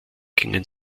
gingen